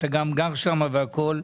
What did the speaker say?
אתה גם גר שם והכול.